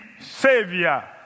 Savior